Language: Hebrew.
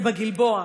זה בגלבוע.